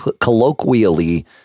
colloquially